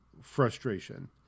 frustration